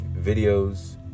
videos